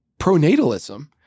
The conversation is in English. pronatalism